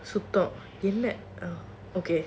super okay